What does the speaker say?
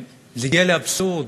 זה הגיע לאבסורד,